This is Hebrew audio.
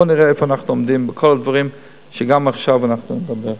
בואי נראה איפה אנחנו עומדים בכל הדברים שגם עכשיו אנחנו מדברים.